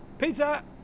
Pizza